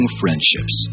friendships